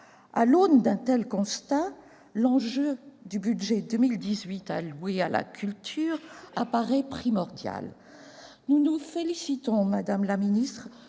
À l'aune d'un tel constat, l'enjeu du budget alloué pour 2018 à la culture apparaît primordial. Nous nous félicitons, madame la ministre,